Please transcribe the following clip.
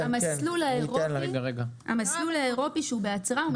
המסלול האירופי הוא בהצהרה.